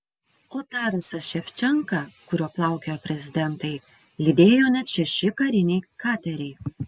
o tarasą ševčenką kuriuo plaukiojo prezidentai lydėjo net šeši kariniai kateriai